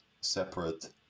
separate